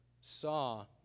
saw